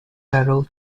barrel